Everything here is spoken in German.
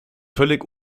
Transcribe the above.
völlig